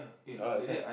oh that's why